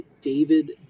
David